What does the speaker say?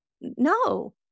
no